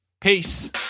Peace